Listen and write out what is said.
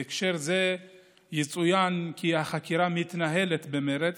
בהקשר זה יצוין כי החקירה מתנהלת במרץ